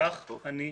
כך אני מצפה.